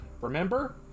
remember